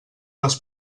les